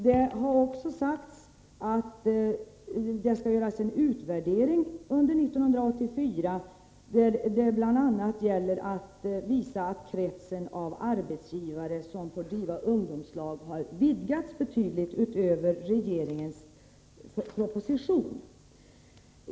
Det har även sagts att det skall göras en utvärdering under 1984. Det gäller bl.a. att visa att kretsen av arbetsgivare som får driva ungdomslag har vidgats betydligt i förhållande till vad som föreslogs i regeringens proposition.